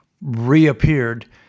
reappeared